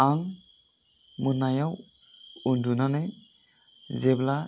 आं मोनायाव उन्दुनानै जेब्ला